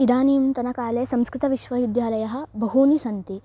इदानींतनकाले संस्कृतविश्वविद्यालयाः बहवः सन्ति